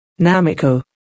Namiko